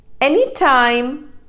Anytime